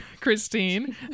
Christine